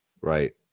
Right